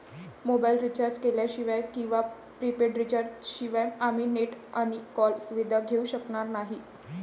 mobile recharge केल्याशिवाय किंवा prepaid recharge शिवाय आम्ही नेट आणि कॉल सुविधा घेऊ शकणार नाही